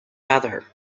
other